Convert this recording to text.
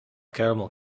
caramel